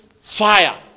fire